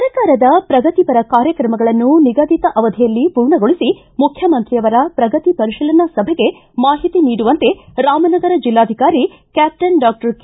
ಸರ್ಕಾರದ ಪ್ರಗತಿಪರ ಕಾರ್ಯಕ್ರಮಗಳನ್ನು ನಿಗದಿತ ಅವಧಿಯಲ್ಲಿ ಪೂರ್ಣಗೊಳಿಸಿ ಮುಖ್ಯಮಂತ್ರಿಯವರ ಪ್ರಗತಿ ಪರಿಶೀಲನಾ ಸಭೆಗೆ ಮಾಹಿತಿ ನೀಡುವಂತೆ ರಾಮನಗರ ಜಿಲ್ಲಾಧಿಕಾರಿ ಕ್ವಾಪ್ಟನ್ ಡಾಕ್ಟರ್ ಕೆ